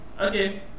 okay